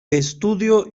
estudió